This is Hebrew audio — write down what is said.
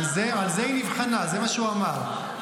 על זה היא נבחנה, זה מה שהוא אמר -- נכון.